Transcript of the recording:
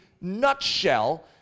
nutshell